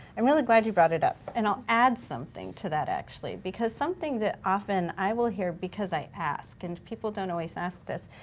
i'm really glad you brought it up. and i'll add something to that actually, because something that often i will hear, because i ask. and people don't always ask this.